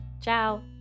Ciao